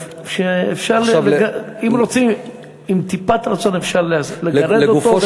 שעם טיפת רצון אפשר לגרד אותו,